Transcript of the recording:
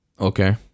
Okay